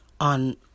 on